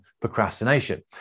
procrastination